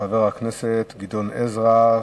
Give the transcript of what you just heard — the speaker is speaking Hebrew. חבר הכנסת גדעון עזרא,